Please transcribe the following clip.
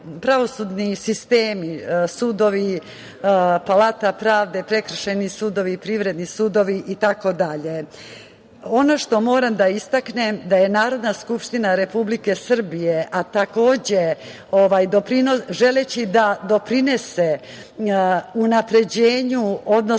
pravosudni sistemi – sudovi, palata pravde, prekršajni sudovi, privredni sudovi itd. Moram da istaknem da je Narodna skupština Republike Srbije, a takođe želeći da doprinese unapređenju, odnosno